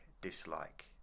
dislike